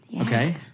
okay